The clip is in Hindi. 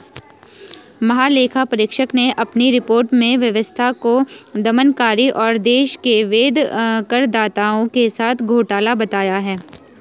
महालेखा परीक्षक ने अपनी रिपोर्ट में व्यवस्था को दमनकारी और देश के वैध करदाताओं के साथ घोटाला बताया है